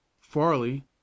farley